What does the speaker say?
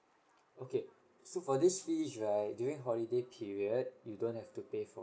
okay so for these fees right during holiday period you don't have to pay for